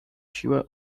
siłę